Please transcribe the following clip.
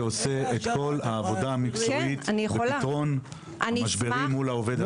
שעושה את כל העבודה המקצועית בפתרון המשברים מול העובד הזר.